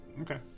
Okay